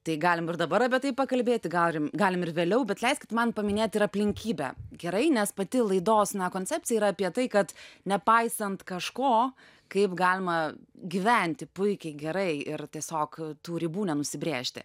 tai galim ir dabar apie tai pakalbėti garim galim ir vėliau bet leiskit man paminėt ir aplinkybę gerai nes pati laidos na koncepcija yra apie tai kad nepaisant kažko kaip galima gyventi puikiai gerai ir tiesiog tų ribų nenusibrėžti